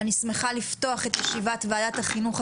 אני שמחה לפתוח את וועדת החינוך,